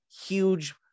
huge